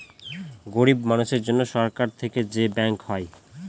গরিব মানুষের জন্য সরকার থেকে যে ব্যাঙ্ক হয়